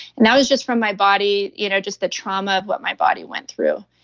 and that was just from my body you know just the trauma of what my body went through.